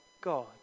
God